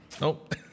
nope